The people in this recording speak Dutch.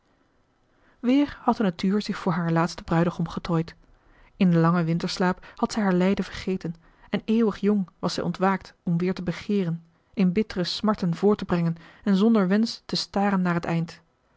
weer had de natuur zich voor haar laatsten bruidegom getooid in den langen winterslaap had zij haar lijden vergeten en eeuwig jong was zij ontwaakt om weer te begeeren in bittere smarten voorttebrengen en zonder wensch te staren naar het eind